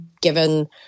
given